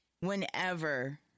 whenever